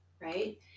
right